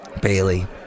Bailey